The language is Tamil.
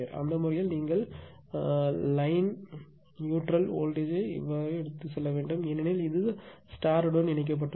அந்த வழக்கில் நீங்கள் கோட்டை நடுநிலை வோல்டேஜ் யை எடுத்துச் செல்ல வேண்டும் ஏனெனில் இது ஸ்டார் உடன் இணைக்கப்பட்டது